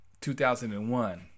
2001